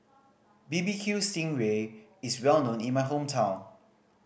barbecue sting ray is well known in my hometown